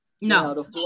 No